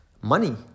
money